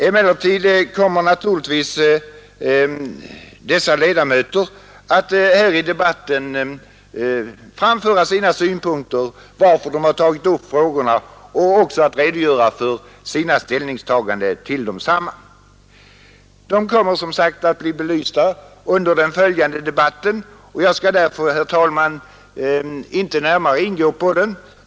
Emellertid kommer naturligtvis dessa ledamöter själva att här i debatten framföra de synpunkter som föranlett dem att ta upp respektive frågor liksom också att redogöra för sina ställningstaganden till desamma. Dessa frågor kommer som sagt att bli belysta under den följande debatten, och jag skall därför, herr talman, inte närmare gå in på dem.